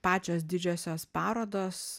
pačios didžiosios parodos